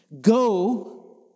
Go